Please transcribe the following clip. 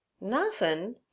Nothing